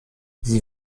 sie